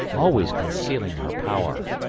always concealing her power,